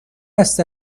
است